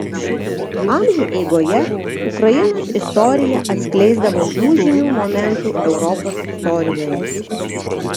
amžių eigoje ukrainos istorija atskleisdavo lūžinių momentų europos istorijoje